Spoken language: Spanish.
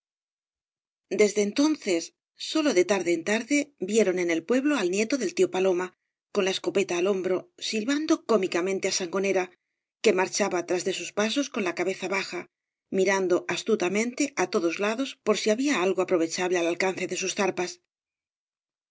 desde entonces sólo de tarde en tarde vieron en el pueblo al nieto del tío paloma con la escopeta al hombro silbando cómicamente á sangons ra que marchaba tras de sus pasos con la cabeza baja mirando astutamente á todos lados por si había algo aprovechable al alcance de sus zarpas